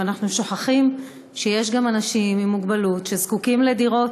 ואנחנו שוכחים שיש גם אנשים עם מוגבלות שזקוקים לדירות.